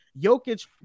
Jokic